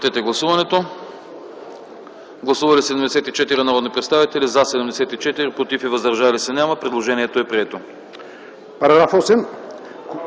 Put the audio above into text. параграф 2